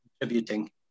contributing